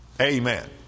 Amen